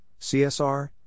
CSR